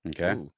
Okay